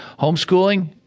homeschooling